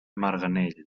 marganell